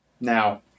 Now